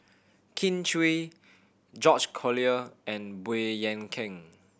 Kin Chui George Collyer and Baey Yam Keng